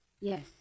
Yes